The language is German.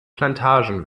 plantagen